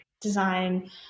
design